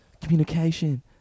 Communication